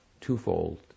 twofold